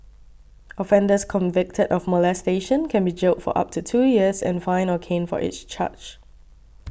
offenders convicted of molestation can be jailed for up to two years and fined or caned for each charge